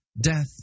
Death